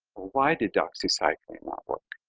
why did doxycycline not work?